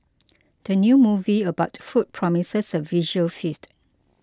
the new movie about food promises a visual feast